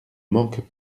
manquent